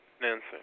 Nancy